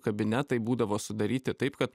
kabinetai būdavo sudaryti taip kad